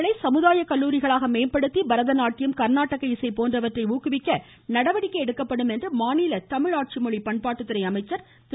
இசைப்பள்ளிகளை சமுதாயக்கல்லூரிகளாக மேம்படுத்தி பரதநாட்டியம் கா்நாடக இசை போன்றவற்றை ஊக்குவிக்க நடவடிக்கை எடுக்கப்படும் என்று மாநில தமிழ் ஆட்சிமொழி பண்பாட்டுத்துறை அமைச்சர் திரு